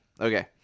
okay